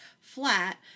flat